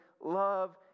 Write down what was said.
love